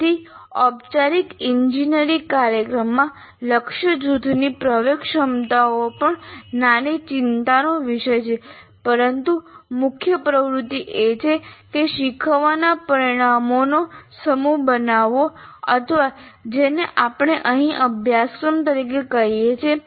તેથી ઔપચારિક ઇજનેરી કાર્યક્રમમાં લક્ષ્ય જૂથની પ્રવેશ ક્ષમતાઓ પણ નાની ચિંતાનો વિષય છે પરંતુ મુખ્ય પ્રવૃત્તિ એ છે કે શીખવાના પરિણામોનો સમૂહ બનાવવો અથવા જેને આપણે અહીં અભ્યાસક્રમ તરીકે કહીએ છીએ